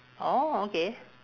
oh okay